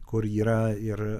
kur yra ir